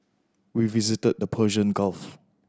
we visited the Persian Gulf